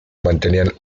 mantenían